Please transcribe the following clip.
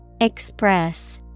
Express